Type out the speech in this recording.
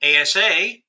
ASA